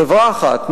חברה אחת,